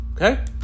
Okay